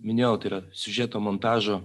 minėjautai yra siužeto montažo